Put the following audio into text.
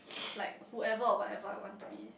like whoever or whatever I want to be